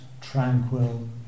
tranquil